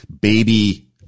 baby